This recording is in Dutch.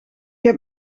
heb